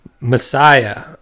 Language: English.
Messiah